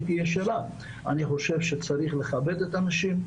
אני חושב שצריך לכבד את הנשים,